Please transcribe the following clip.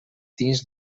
dins